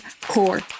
core